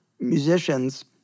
musicians